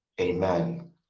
Amen